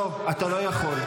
לא, אתה לא יכול.